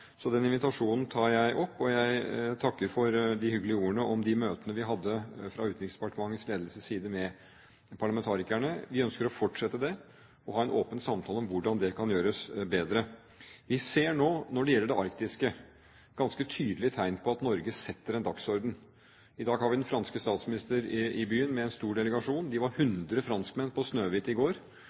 Så den invitasjonen tar jeg opp, og jeg takker for de hyggelige ordene om de møtene vi hadde fra Utenriksdepartementets ledelses side med parlamentarikerne. Vi ønsker å fortsette det og ha en åpen samtale om hvordan det kan gjøres bedre. Når det gjelder det arktiske, ser vi nå ganske tydelige tegn på at Norge setter en dagsorden. I dag har vi den franske statsministeren i byen med en stor delegasjon. Det var 100 franskmenn på Snøhvit i går,